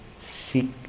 seek